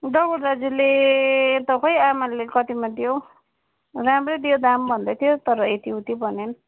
डम्बरे दाजुले त खोइ आमाले कतिमा दियो राम्रै दियो दाम भन्दै थियो तर यति उति भनेन